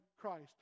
Christ